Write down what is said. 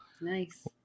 Nice